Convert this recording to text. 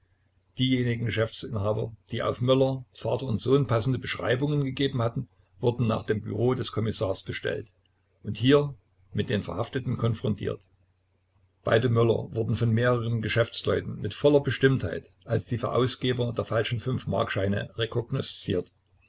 diejenigen geschäftsinhaber die auf möller vater und sohn passende beschreibungen gegeben hatten wurden nach dem büro des kommissars bestellt und hier mit den verhafteten konfrontiert beide möller wurden von mehreren geschäftsleuten mit voller bestimmtheit als die verausgeber der falschen fünfmarkscheine rekognosziert